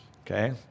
okay